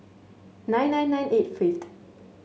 nine nine nine eight fifth